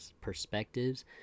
perspectives